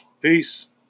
Peace